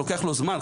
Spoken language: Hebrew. לוקח לו זמן,